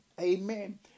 Amen